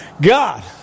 God